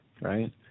right